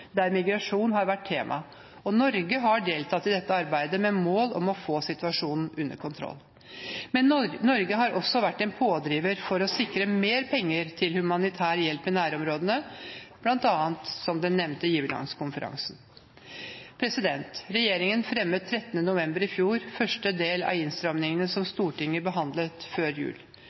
der migrasjon har vært tema. Norge har deltatt i dette arbeidet med mål om å få situasjonen under kontroll. Men Norge har også vært en pådriver for å sikre mer penger til humanitær hjelp i nærområdene, bl.a. gjennom den nevnte giverlandskonferansen. Regjeringen fremmet den 13. november i fjor første del av innstramningene, som Stortinget behandlet før jul.